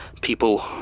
people